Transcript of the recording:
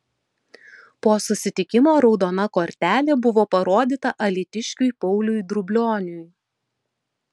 po susitikimo raudona kortelė buvo parodyta alytiškiui pauliui drublioniui